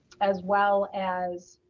as well as,